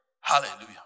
hallelujah